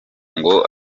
ngo